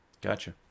Gotcha